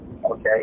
Okay